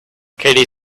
katie